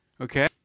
Okay